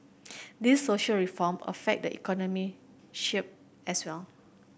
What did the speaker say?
these social reform affect the economy shape as well